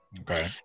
Okay